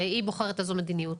והיא בוחרת איזה מדיניות,